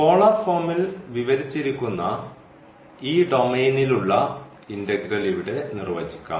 polar ഫോമിൽ വിവരിച്ചിരിക്കുന്ന ഈ ഡൊമെയ്നിലുള്ള ഇന്റഗ്രൽ ഇവിടെ നിർവചിക്കാം